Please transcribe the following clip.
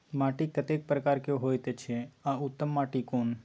माटी कतेक प्रकार के होयत अछि आ उत्तम माटी कोन?